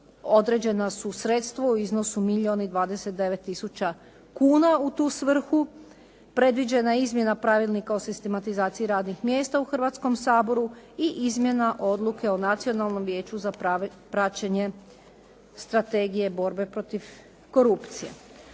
Određena su sredstva u iznosu milijun i 29 tisuća kuna u tu svrhu. Predviđena je izmjena Pravilnika o sistematizaciji radnih mjesta u Hrvatskom saboru i izmjena Odluke o Nacionalnom vijeću za praćenje strategije borbe protiv korupcije.